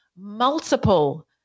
multiple